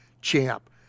champ